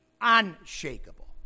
unshakable